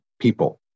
people